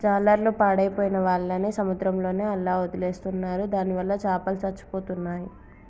జాలర్లు పాడైపోయిన వాళ్ళని సముద్రంలోనే అలా వదిలేస్తున్నారు దానివల్ల చాపలు చచ్చిపోతున్నాయి